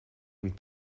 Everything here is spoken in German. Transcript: und